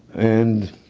and,